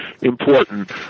important